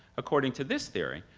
according to this theory,